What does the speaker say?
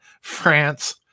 France